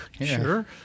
sure